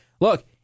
look